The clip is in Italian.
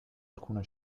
alcuna